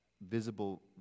visible